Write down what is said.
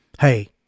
Hey